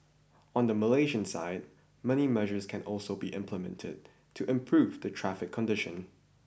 on the Malaysian side many measures can also be implemented to improve the traffic condition